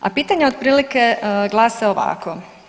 A pitanja otprilike glase ovako.